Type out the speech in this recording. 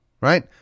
right